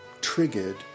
triggered